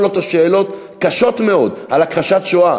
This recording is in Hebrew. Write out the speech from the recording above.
אותו שאלות קשות מאוד על הכחשת השואה,